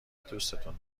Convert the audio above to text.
دوستون